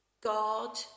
God